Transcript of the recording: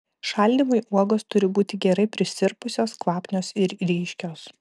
šaldymui uogos turi būti gerai prisirpusios kvapnios ir ryškios